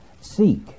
Seek